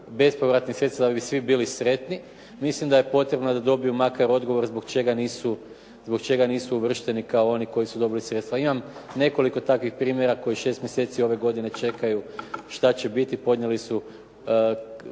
da bi svi bili sretni. Mislim da je potrebno da dobiju makar odgovor zbog čega nisu uvršteni kao oni koji su dobili sredstva. Imam nekoliko takvih primjera koji šest mjeseci ove godine čekaju šta će biti, podnijeli su